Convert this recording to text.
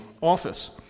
office